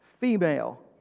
female